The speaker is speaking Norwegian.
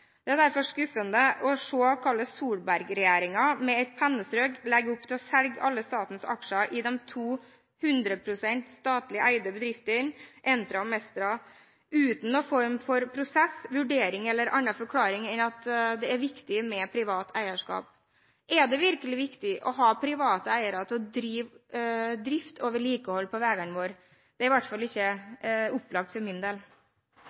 Det er derfor skuffende å se hvordan Solberg-regjeringen med et pennestrøk legger opp til å selge alle statens aksjer i de to 100 pst. statlig eide bedriftene Entra og Mesta, uten noen form for prosess eller annen forklaring enn at det er viktig med privat eierskap. Er det virkelig viktig å ha private eiere til å drive drift og vedlikehold på veiene våre? Det er i alle fall ikke opplagt for